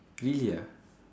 really ah